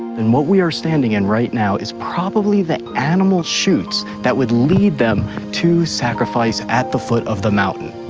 and what we are standing in right now is probably the animal chutes that would lead them to sacrifice at the foot of the mountain.